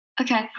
Okay